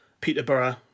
Peterborough